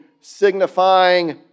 signifying